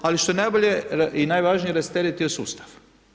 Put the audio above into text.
Ali, što je najbolje i najvažnije, rasteretio sustav.